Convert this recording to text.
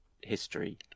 history